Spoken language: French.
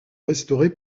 restaurés